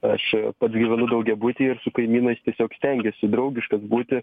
aš pats gyvenu daugiabutyje ir su kaimynais tiesiog stengiuosi draugiškas būti